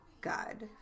God